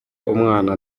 umwana